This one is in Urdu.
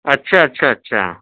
اچّھا اچّھا اچّھا